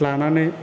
लानानै